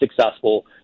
successful